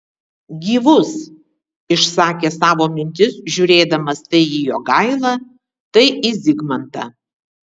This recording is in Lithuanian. gyvus išsakė savo mintis žiūrėdamas tai į jogailą tai į zigmantą